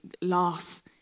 loss